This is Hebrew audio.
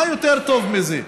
מה יותר טוב מזה?